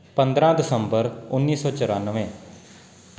ਪੰਦਰਾਂ ਦਸੰਬਰ ਉੱਨੀ ਸੌ ਚੁਰਾਨਵੇਂ